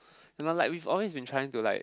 and I like we've always been trying to like